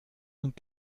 und